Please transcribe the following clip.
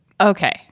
Okay